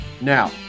Now